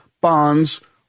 bonds